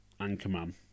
Anchorman